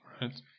Right